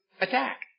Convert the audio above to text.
attack